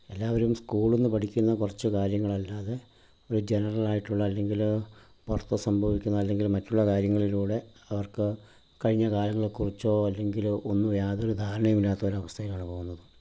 എല്ലാവരും സ്കൂള്ന്ന് പഠിക്കുന്ന കുറച്ച് കാര്യങ്ങളല്ലാതെ ഒരു ജനറലായിട്ടുള്ള അല്ലെങ്കിൽ പുറത്ത് സംഭവിക്കുന്ന അല്ലെങ്കിൽ മറ്റുള്ള കാര്യങ്ങളിലൂടെ അവർക്ക് കഴിഞ്ഞ കാലങ്ങളെക്കുറിച്ചോ അല്ലെങ്കിൽ ഒന്നും യാതൊരു ധാരണയുമില്ലാത്തൊരാവസ്ഥയിലാണ് പോകുന്നത്